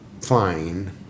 fine